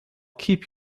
keep